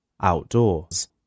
OUTDOORS